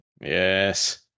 Yes